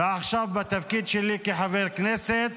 ועכשיו בתפקיד שלי כחבר כנסת,